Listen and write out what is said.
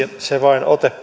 ote vain